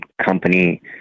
company